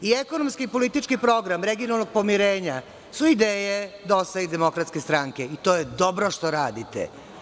I ekonomski i politički program regionalnog pomirenja su ideje DOS-a i DS, i to je dobro što radite.